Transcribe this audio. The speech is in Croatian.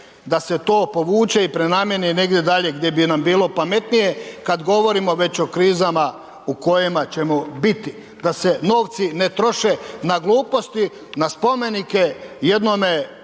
da se to povuče i prenamijeni negdje dalje gdje bi nam bilo pametnije kad govorimo već o krizama u kojima ćemo biti, da se novci ne troše na gluposti, na spomenike jednome